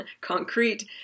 concrete